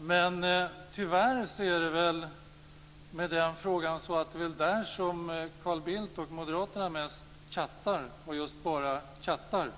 Men tyvärr är det väl i detta sammanhang så att det är moderaterna som mest chattar och just bara chattar.